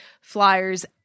Flyers